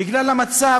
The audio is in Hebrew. בגלל המצב,